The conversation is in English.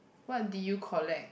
what did you collect